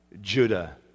Judah